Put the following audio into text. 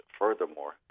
furthermore